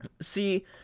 see